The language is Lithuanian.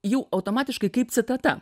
jau automatiškai kaip citata